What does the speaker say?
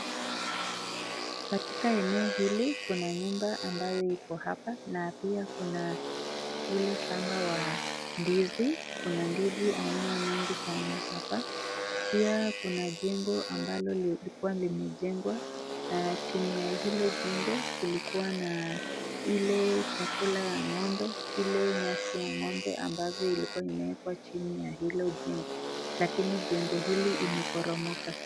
Katika eneo hili kuna nyumba ambayo iko hapa, na pia kuna ule shamba wa ndizi. Kuna ndizi aina mingi sana hapa, pia kuna jengo ambalo lilikuwa limejengwa na chini ya hilo jengo kulikuwa na ile chakula ya ng'ombe, ile nyasi ya ng'ombe ambavyo imewekwa chini ya hilo jengo, lakini jengo hili limeporomoka.